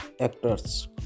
actors